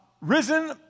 risen